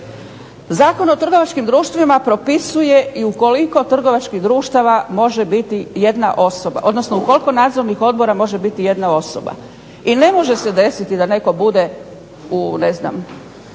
Zakon o trgovačkim društvima propisuje i ukoliko trgovačkih društava, odnosno u koliko nadzornih odbora može biti jedna osoba. I ne može se desiti da netko bude u 28 ili